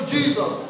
Jesus